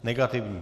Negativní.